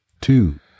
Two